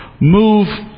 move